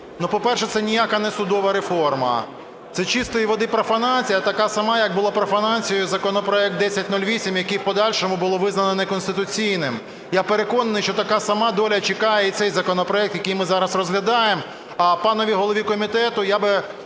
По-перше, це ніяка не судова реформа. Це чистої води профанація, така сама, як був профанацією законопроект 1008, який в подальшому було визнано неконституційним. Я переконаний, що така сама доля чекає і цей законопроект, який ми зараз розглядаємо. А панові голові комітету я би